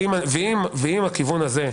ואם הכיוון הזה,